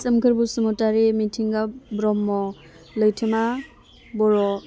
सोमखोर बसुमतारी मिथिंगा ब्रह्म लैथोमा बर'